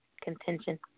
contention